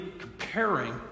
comparing